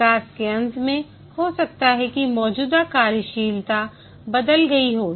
विकास के अंत में हो सकता है कि मौजूदा कार्यशीलता बदल गई हो